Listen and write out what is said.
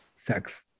sex